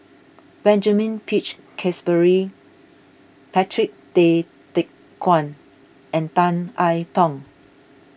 Benjamin Peach Keasberry Patrick Tay Teck Guan and Tan I Tong